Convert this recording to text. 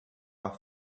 off